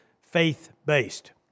faith-based